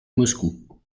moscou